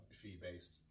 fee-based